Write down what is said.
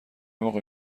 موقع